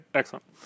excellent